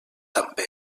també